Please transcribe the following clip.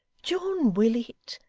john willet,